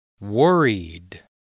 Worried